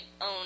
own